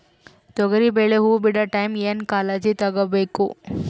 ತೊಗರಿಬೇಳೆ ಹೊವ ಬಿಡ ಟೈಮ್ ಏನ ಕಾಳಜಿ ತಗೋಬೇಕು?